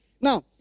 Now